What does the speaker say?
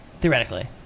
Theoretically